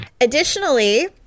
Additionally